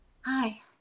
Hi